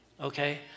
okay